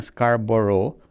Scarborough